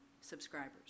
subscribers